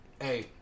hey